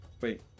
Wait